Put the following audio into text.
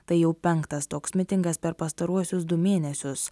tai jau penktas toks mitingas per pastaruosius du mėnesius